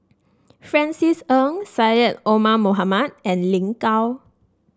Francis Ng Syed Omar Mohamed and Lin Gao